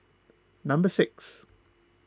number six